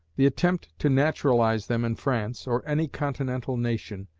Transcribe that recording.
the attempt to naturalize them in france, or any continental nation,